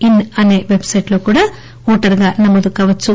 in వెబ్సైట్లో కూడా ఓటరుగా నమోదు కావచ్చు